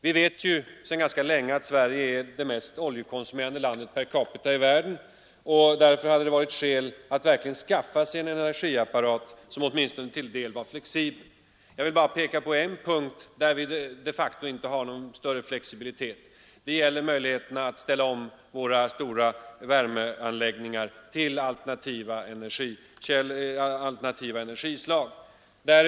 Vi vet sedan ganska länge att Sverige är det mest oljekonsumerande landet i världen per capita, och därför hade det verkligen varit skäl att skaffa sig en energiapparat som åtminstone till en del varit flexibel. Jag vill inskränka mig till att peka på en punkt där vi inte har någon större flexibilitet. Det gäller möjligheterna att ställa om våra stora värmeanläggningar till eldning med alternativa bränslen.